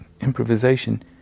improvisation